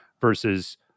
versus